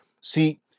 see